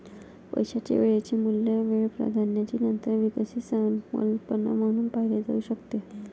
पैशाचे वेळेचे मूल्य वेळ प्राधान्याची नंतर विकसित संकल्पना म्हणून पाहिले जाऊ शकते